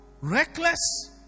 reckless